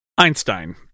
Einstein